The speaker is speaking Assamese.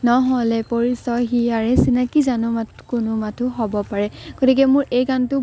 নহ'লে পৰিচয় হিয়াৰে চিনাকি জানো মাত কোনো মাথো হ'ব পাৰে গতিকে মোৰ এই গানটো